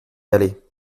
aller